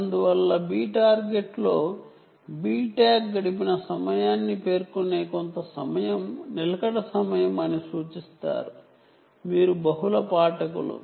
అందువల్ల బి టార్గెట్లో B tag గడిపిన సమయాన్ని పేర్కొనే కొంత సమయం నిలకడ సమయం అని సూచిస్తారు మీరు బహుళ పాఠకులు